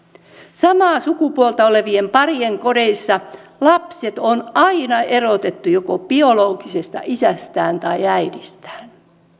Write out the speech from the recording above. samaa sukupuolta olevien parien kodeissa lapset on aina erotettu joko biologisesta isästään tai äidistään